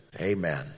Amen